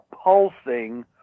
pulsing